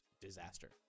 disaster